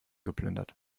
geplündert